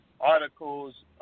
articles